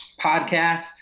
podcast